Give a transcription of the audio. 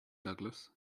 douglas